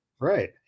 Right